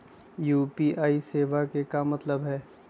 UPI सेवा के का मतलब है?